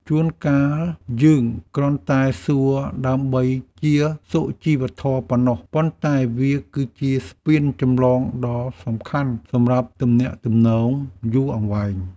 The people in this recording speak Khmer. ជួនកាលយើងគ្រាន់តែសួរដើម្បីជាសុជីវធម៌ប៉ុណ្ណោះ ប៉ុន្តែវាគឺជាស្ពានចម្លងដ៏សំខាន់សម្រាប់ទំនាក់ទំនងយូរអង្វែង។